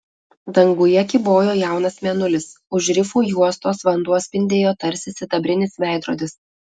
danguje kybojo jaunas mėnulis už rifų juostos vanduo spindėjo tarsi sidabrinis veidrodis